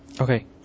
Okay